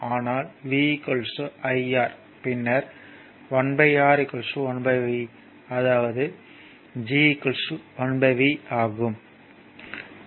அனால் V IR பின்னர் 1R IV அதாவது G IV ஆகும்